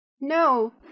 No